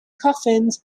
coffins